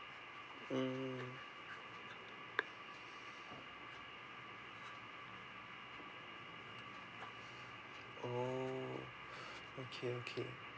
mm oh okay okay